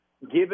given